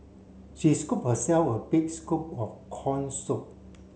she scooped herself a big scoop of corn soup